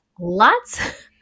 Lots